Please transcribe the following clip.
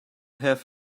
have